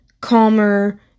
calmer